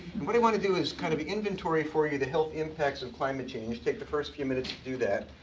and what i want to do is kind of inventory for you the health impacts of climate change. take the first few minutes to do that.